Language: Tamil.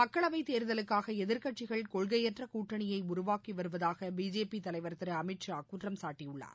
மக்களவைத் தேர்தலுக்காக எதிர்க்கட்சிகள் கொள்கையற்ற கூட்டணியை உருவாக்கி வருவதாக பிஜேபி தலைவர் திரு அமித் ஷா குற்றம் சாட்டபுள்ளார்